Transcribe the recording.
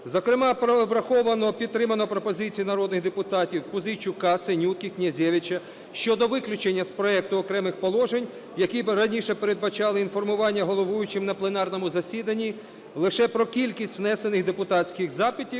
зокрема враховано, підтримано пропозиції народних депутатів: Пузійчука, Синютки, Князевича - щодо виключення з проекту окремих положень, які раніше передбачали інформування головуючим на пленарному засіданні лише про кількість внесених депутатських запитів,